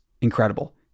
incredible